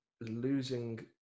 losing